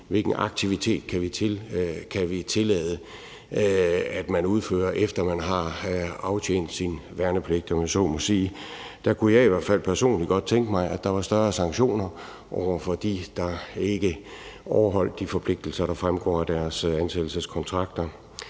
Hvilken aktivitet kan vi tillade at man udfører, efter at man har aftjent sin værnepligt, om jeg så må sige? Der kunne jeg i hvert fald personligt godt tænke mig, at der var større sanktioner over for dem, der ikke overholder de forpligtelser, der fremgår af deres ansættelseskontrakter.